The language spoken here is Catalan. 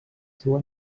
seua